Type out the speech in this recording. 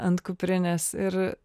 ant kuprines ir